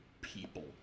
people